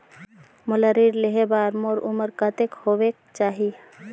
मोला ऋण लेहे बार मोर उमर कतेक होवेक चाही?